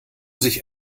sich